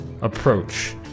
approach